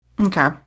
Okay